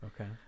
Okay